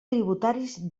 tributaris